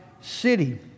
city